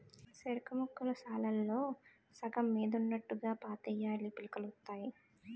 సెరుకుముక్కలు సాలుల్లో సగం మీదకున్నోట్టుగా పాతేయాలీ పిలకలొత్తాయి